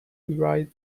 ride